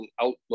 outlook